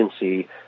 agency